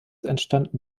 entstanden